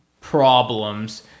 problems